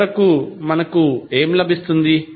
చివరకు మనకు ఏమి లభిస్తుంది